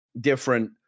different